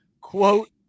Quote